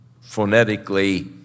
phonetically